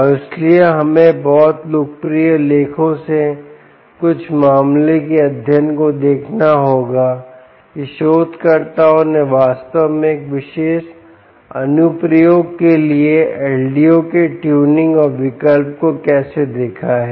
और इसलिए हमें बहुत लोकप्रिय लेखों से कुछ मामलों के अध्ययन को देखना होगा कि शोधकर्ताओं ने वास्तव में एक विशेष अनुप्रयोग के लिए LDO के ट्यूनिंग और विकल्प को कैसे देखा है